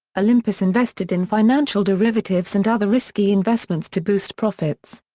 olympus invested in financial derivatives and other risky investments to boost profits.